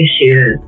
issues